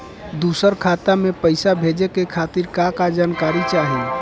दूसर खाता में पईसा भेजे के खातिर का का जानकारी चाहि?